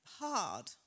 hard